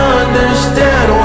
understand